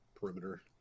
perimeter